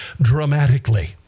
dramatically